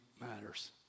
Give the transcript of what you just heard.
matters